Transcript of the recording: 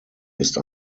ist